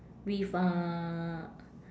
with uh